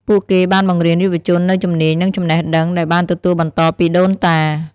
ពួកគេបានបង្រៀនយុវជននូវជំនាញ និងចំណេះដឹងដែលបានទទួលបន្តពីដូនតា។